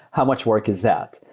how much work is that?